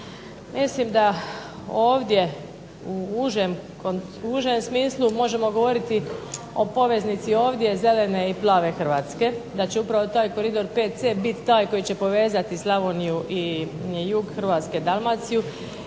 Mislim da ovdje u užem smislu možemo govoriti o poveznici ovdje zelene i plave Hrvatske, da će upravo taj koridor VC biti taj koji će povezati Slavoniju i jug Hrvatske, Dalmaciju,